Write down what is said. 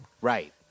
Right